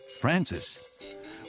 Francis